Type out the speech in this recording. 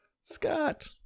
Scott